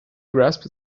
grasped